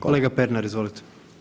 Kolega Pernar, izvolite.